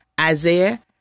Isaiah